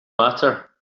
matter